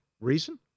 Reason